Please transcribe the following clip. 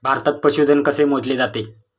भारतात पशुधन कसे मोजले जाते?